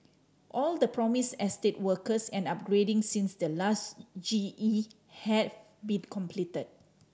all the promised estate works and upgrading since the last G E have been completed